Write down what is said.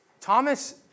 Thomas